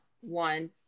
One